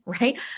right